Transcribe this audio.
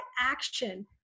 action